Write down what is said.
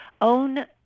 own